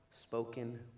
spoken